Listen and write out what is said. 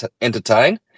entertain